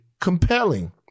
compelling